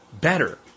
better